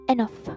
Enough